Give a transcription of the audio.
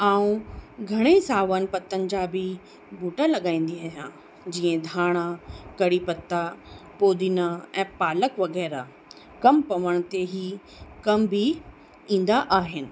आउं घणेई सावन पतनि जा बि बूटा लॻाईंदी आहियां जीअं धाणा कढ़ी पता पोदीना ऐं पालक वग़ैरह कमु पवण ते ई कमु बि ईंदा आहिनि